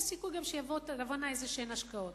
יש סיכוי שתבואנה השקעות.